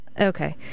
Okay